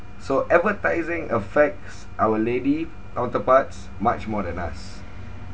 so advertising affects our lady counterparts much more than us